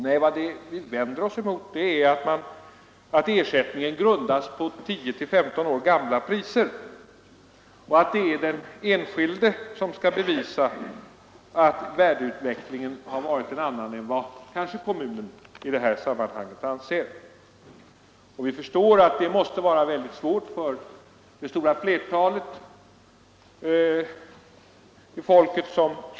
Nej, vad vi vänder oss mot är att ersättningen grundas på 10—15 år gamla priser och att det är den enskilde som skall bevisa att värdeutvecklingen varit en annan än vad kommunen i detta sammanhang anser. Detta måste ju vara svårt för det stora flertalet markägare.